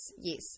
yes